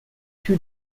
two